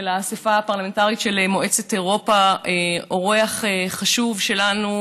של האספה הפרלמנטרית של מועצת אירופה; אורח חשוב שלנו,